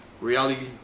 reality